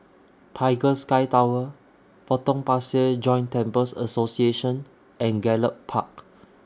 Tiger Sky Tower Potong Pasir Joint Temples Association and Gallop Park